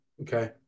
Okay